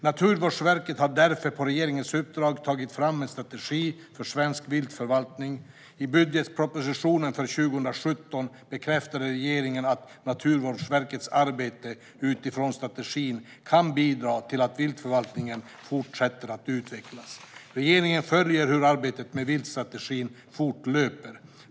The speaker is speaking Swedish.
Naturvårdsverket har därför, på regeringens uppdrag, tagit fram en strategi för svensk viltförvaltning. I budgetpropositionen för 2017 bekräftade regeringen att Naturvårdsverkets arbete utifrån strategin kan bidra till att viltförvaltningen fortsätter att utvecklas. Regeringen följer hur arbetet med viltstrategin fortlöper.